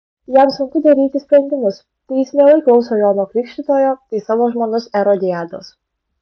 jam sunku daryti sprendimus tai jis mielai klauso jono krikštytojo tai savo žmonos erodiados